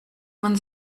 man